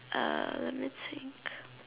uh let me think